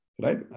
right